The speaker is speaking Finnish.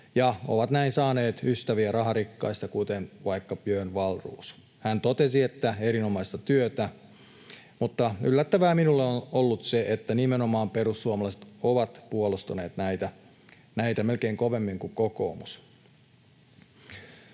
ja on näin saanut ystäviä raharikkaista, kuten vaikka Björn Wahlroos. Hän totesi, että erinomaista työtä. Mutta yllättävää minulle on ollut se, että nimenomaan perussuomalaiset ovat puolustaneet näitä melkein kovemmin kuin kokoomus.